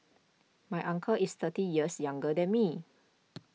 my uncle is thirty years younger than me